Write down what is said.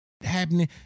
happening